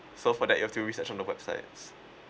so for that you have to research on the websites